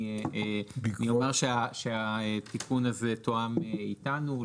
אני אומר שהתיקון הזה תואם איתנו,